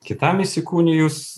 kitam įsikūnijus